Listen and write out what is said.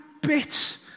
bits